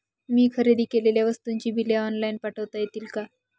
मी खरेदी केलेल्या वस्तूंची बिले ऑनलाइन पाठवता येतील का?